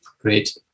Great